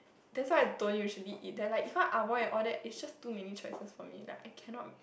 that's why I don't usually eat like even Amoy like all that it's just too many choices for me that I cannot